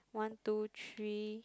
one two three